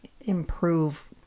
improve